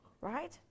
right